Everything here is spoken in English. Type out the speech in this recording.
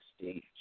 stage